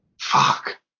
Fuck